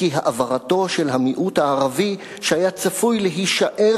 שהעברתו של המיעוט הערבי שהיה צפוי להישאר